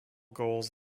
goals